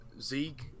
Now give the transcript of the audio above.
Zeke